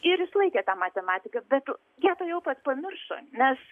ir išlaikė tą matematiką bet ją tuojau pat pamiršo nes